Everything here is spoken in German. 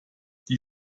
die